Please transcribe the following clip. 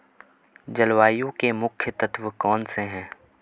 जलवायु के मुख्य तत्व कौनसे हैं?